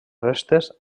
restes